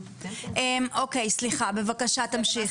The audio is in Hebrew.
בבקשה, תמשיכי.